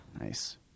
Nice